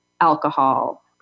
alcohol